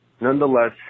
nonetheless